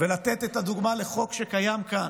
ולתת את הדוגמה בחוק שקיים כאן.